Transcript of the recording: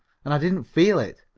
and i didn't feel it,